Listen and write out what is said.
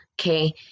okay